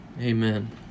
Amen